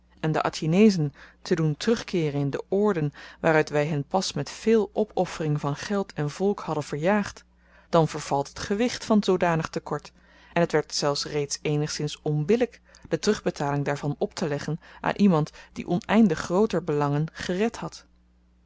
en de atjinezen te doen terugkeeren in de oorden waaruit wy hen pas met veel opoffering van geld en volk hadden verjaagd dan vervalt het gewicht van zoodanig te kort en t werd zelfs reeds eenigszins onbillyk de terugbetaling daarvan opteleggen aan iemand die oneindig grooter belangen gered had